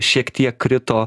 šiek tiek krito